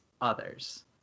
others